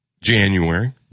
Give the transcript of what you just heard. January